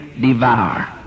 devour